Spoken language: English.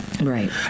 right